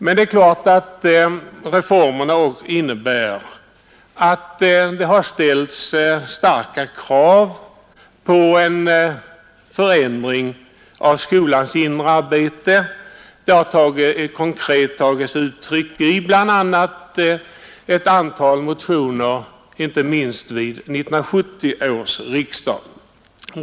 De krav som ställts på förändringar av skolans inre arbete har bland annat tagit sig uttryck i ett antal motioner, inte minst vid 1970 års riksdag.